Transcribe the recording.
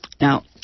Now